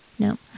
No